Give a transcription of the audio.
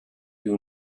you